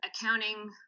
accounting